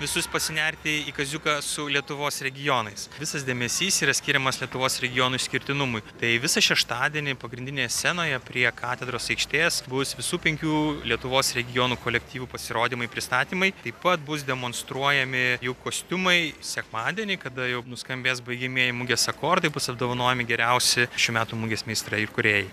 visus pasinerti į kaziuką su lietuvos regionais visas dėmesys yra skiriamas lietuvos regionų išskirtinumui tai visą šeštadienį pagrindinėje scenoje prie katedros aikštės bus visų penkių lietuvos regionų kolektyvų pasirodymai pristatymai taip pat bus demonstruojami jų kostiumai sekmadienį kada jau nuskambės baigiamieji mugės akordai bus apdovanojami geriausi šių metų mugės meistrai kūrėjai